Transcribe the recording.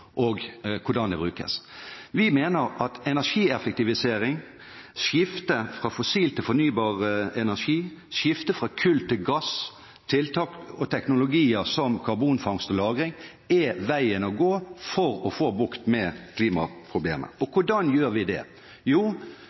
og hvordan de brukes. Vi mener at energieffektivisering, skifte fra fossil til fornybar energi, skifte fra kull til gass og tiltak og teknologier som karbonfangst og -lagring er veien å gå for å få bukt med klimaproblemet. Hvordan gjør vi det?